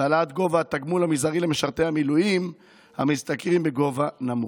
והעלאת גובה התגמול המזערי למשרתי המילואים ששכרם נמוך.